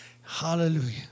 Hallelujah